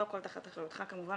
לא הכול תחת אחריותך כמובן,